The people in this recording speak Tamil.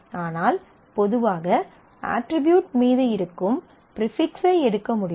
ஆனால் பொதுவாக அட்ரிபியூட் மீது இருக்கும் ஃப்ரிபிக்ஸ் ஐ எடுக்க முடியும்